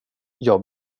jag